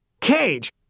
cage